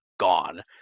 gone